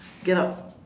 get out